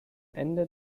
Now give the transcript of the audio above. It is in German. ende